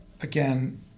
again